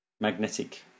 magnetic